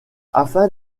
afin